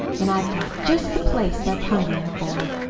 and i've got just the place that's hungering for it.